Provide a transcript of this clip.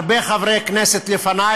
הרבה חברי כנסת לפני,